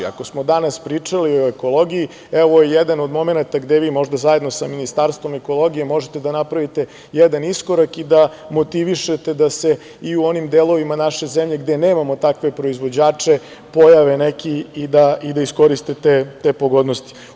Ako smo danas pričali o ekologiji, evo ovo je jedan od momenata gde vi možda zajedno sa Ministarstvom ekologije možete da napravite jedan iskorak i da motivišete da se i u onim delovima naše zemlje gde nemamo takve proizvođače pojave neki i da iskoriste te pogodnosti.